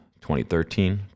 2013